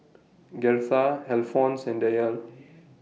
Gertha Alphonse and Dayle